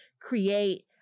create